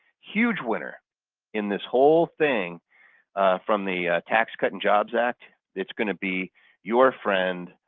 huge winner in this whole thing from the tax cut and jobs act it's going to be your friend,